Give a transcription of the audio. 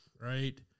right